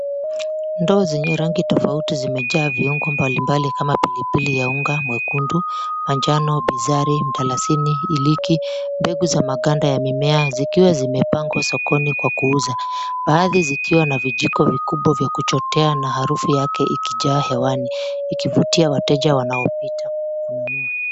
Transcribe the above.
Ndoo zenye rangi tofauti zimejaa viungo mbalimbali kama pilipili ya unga mwekundu, manjano, bizari, mdalasini, iliki, mbegu za maganda ya mimea zikiwa zimepangwa sokoni kwa kuuza. Baadhi zikiwa na vjiko vikubwa vya kuchotea na harufu yake ikijaa hewani ikivutia wateja wanaopita kununua.